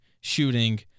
Shooting